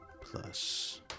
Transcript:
plus